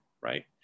right